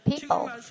people